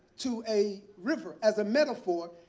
to a river as a metaphor.